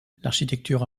l’architecture